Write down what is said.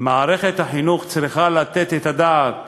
מערכת החינוך צריכה לתת את הדעת